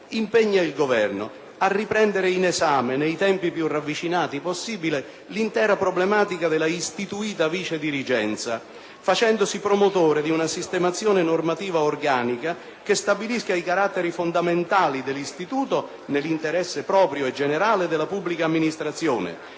impegna il Governo a riprendere in esame, nei tempi più ravvicinati possibile, l'intera problematica della istituita vicedirigenza, facendosi promotore di una sistemazione normativa organica che stabilisca i caratteri fondamentali dell'istituto nell'interesse proprio e generale della Pubblica Amministrazione,